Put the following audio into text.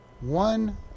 One